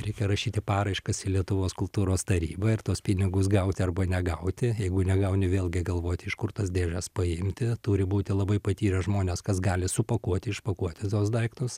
reikia rašyti paraiškas į lietuvos kultūros tarybą ir tuos pinigus gauti arba negauti jeigu negauni vėlgi galvoti iš kur tas dėžes paimti turi būti labai patyrę žmonės kas gali supakuoti išpakuoti tuos daiktus